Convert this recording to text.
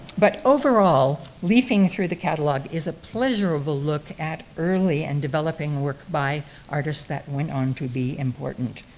but overall, leafing through the catalogue is a pleasurable look at early and developing work by artists that went on to be important.